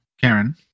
Karen